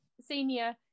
senior